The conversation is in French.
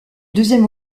deuxième